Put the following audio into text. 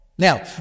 Now